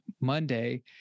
monday